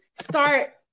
start